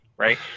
Right